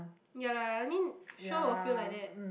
ya lah I mean sure will feel like that